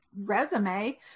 resume